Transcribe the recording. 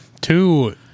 Two